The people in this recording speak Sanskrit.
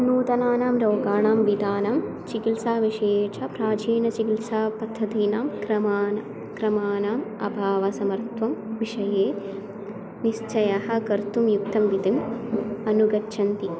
नूतनानां रोगाणां विदानां चिकित्साविषये च प्राचीनचिकिल्सापद्धतीनां क्रमान् क्रमाणाम् अभावसमर्थनविषये निश्चयं कर्तुं युक्तां विधिम् अनुगच्छन्ति